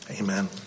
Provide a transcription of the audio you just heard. Amen